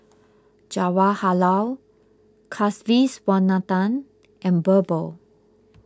Jawaharlal Kasiviswanathan and Birbal